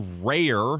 rare